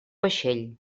vaixell